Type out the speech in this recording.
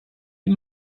you